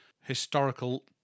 historical